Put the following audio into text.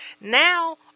Now